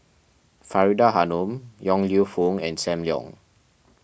Faridah Hanum Yong Lew Foong and Sam Leong